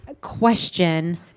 question